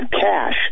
cash